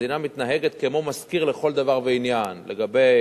המדינה מתנהגת כמו משכיר לכל דבר ועניין לגבי